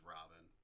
Robin